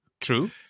True